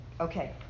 Okay